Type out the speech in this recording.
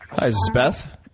hi, is this beth?